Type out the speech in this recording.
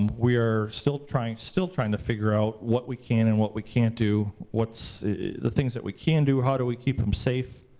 we are still trying still trying to figure out what we can and what we can't do. the things that we can do, how do we keep them safe?